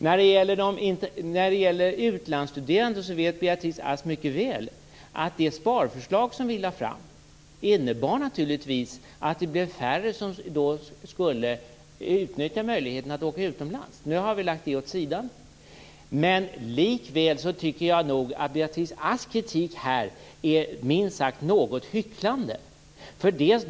I fråga om de utlandsstuderande vet Beatrice Ask mycket väl att det sparförslag som vi lade fram innebar naturligtvis att det skulle bli färre som utnyttjade möjligheten att åka utomlands för att studera. Nu har vi lagt det förslaget åt sidan. Men likväl tycker jag nog att Beatrice Asks kritik här är minst sagt något hycklande.